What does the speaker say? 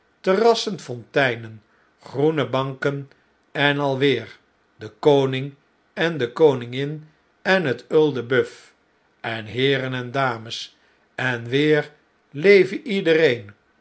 terrassen fonteinen groene banken en alweer de koning en de koningin en het u f en heeren en dames en weer leve iedereen